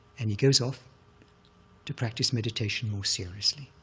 and he goes off to practice meditation more seriously,